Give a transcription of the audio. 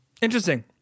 interesting